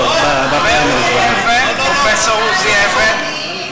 פרופסור עוזי אבן,